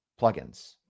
plugins